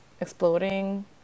Exploding